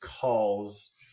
calls